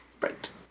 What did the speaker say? right